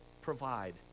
provide